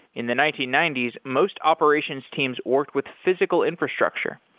in the nineteen ninety s, most operations teams worked with physical infrastructure.